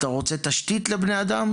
אתה רוצה תשתית לבני אדם?